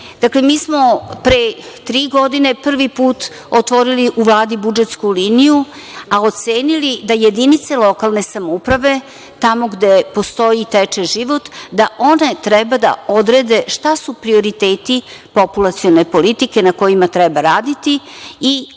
sfere. Dakle, mi smo pre tri godine prvi put otvorili u Vladi budžetsku liniju, a ocenili da jedinice lokalne samouprave tamo gde postoji i teče život da one treba da odrede šta su prioriteti populacione politike na kojima treba raditi i onda